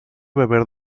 beber